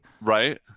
right